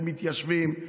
של מתיישבים,